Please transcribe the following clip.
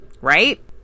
right